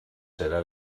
serà